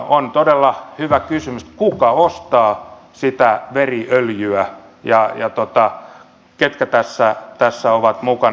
on todella hyvä kysymys kuka ostaa sitä veriöljyä ja ketkä tässä ovat mukana